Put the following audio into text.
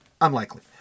Unlikely